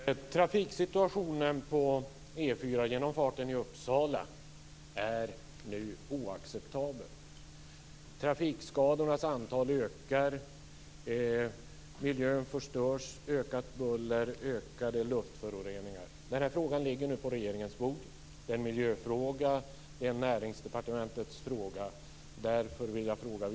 Fru talman! Trafiksituationen på E 4-genomfarten i Uppsala är nu oacceptabel. Trafikskadornas antal ökar. Miljön förstörs. Bullret och luftföroreningarna ökar. Den här frågan ligger nu på regeringens bord. Det är en miljöfråga. Det är Näringsdepartementets fråga.